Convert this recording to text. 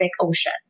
Ocean